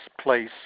place